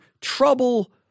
trouble